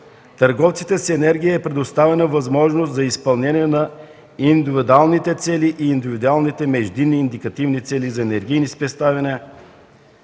търговците с енергия е предоставена възможност за изпълнение на индивидуалните цели и индивидуалните междинни и индикативни цели за енергийни спестявания